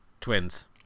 Twins